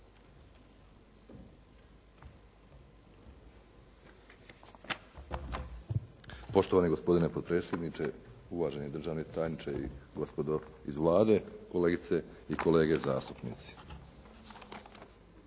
Poštovani gospodine potpredsjedniče, uvaženi državni tajniče i gospodo iz Vlade, kolegice i kolege zastupnici.